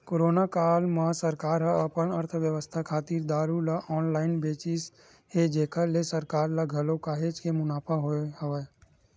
corona काल म सरकार ह अपन अर्थबेवस्था खातिर दारू ल ऑनलाइन बेचिस हे जेखर ले सरकार ल घलो काहेच के मुनाफा होय हवय